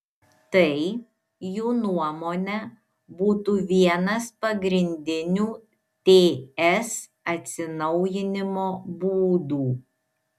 tai jų nuomone būtų vienas pagrindinių ts atsinaujinimo būdų